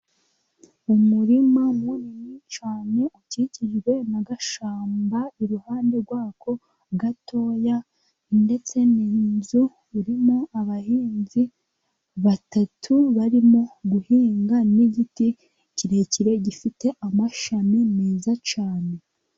Umurima munini cyane ukikijwe n'agashyamba, iruhande rwa ko gatoya, ndetse n'inzu irimo abahinzi batatu barimo guhinga, n'igiti kirekire gifite amashami meza cyane.